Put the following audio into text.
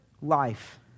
life